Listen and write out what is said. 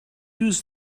use